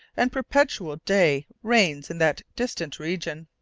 and perpetual day reigns in that distant region.